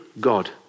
God